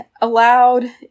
allowed